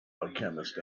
alchemist